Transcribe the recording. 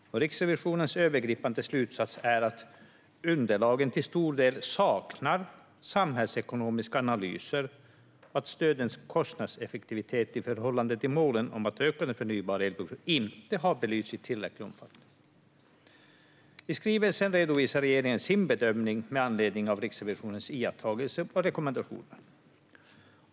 Riksrevisionens övergripande slutsats är att underlagen till stor del saknar samhällsekonomiska analyser och att stödens kostnadseffektivitet i förhållande till målet att öka den förnybara elproduktionen inte har belysts i tillräcklig omfattning. I skrivelsen redovisar regeringen sin bedömning med anledning av Riksrevisionens iakttagelser och rekommendationer.